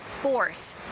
force